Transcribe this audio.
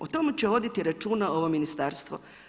O tomu će voditi računa ovo ministarstvo.